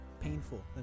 painful